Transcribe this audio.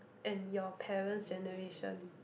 and your parents generation